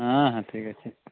ହଁ ହଁ ଠିକ୍ ଅଛି